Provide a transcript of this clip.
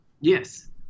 Yes